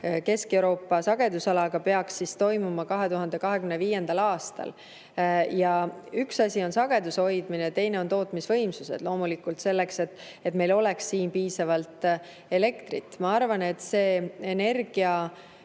Kesk-Euroopa sagedusalaga peaks toimuma 2025. aastal. Üks asi on sageduse hoidmine ja teine asi on tootmisvõimsused, loomulikult selleks, et meil oleks siin piisavalt elektrit. Ma arvan, et see energiahindade